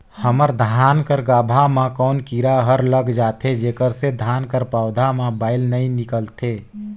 हमर धान कर गाभा म कौन कीरा हर लग जाथे जेकर से धान कर पौधा म बाएल नइ निकलथे?